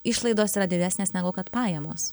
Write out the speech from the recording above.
išlaidos yra didesnės negu kad pajamos